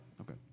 Okay